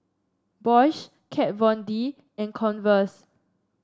Bosch Kat Von D and Converse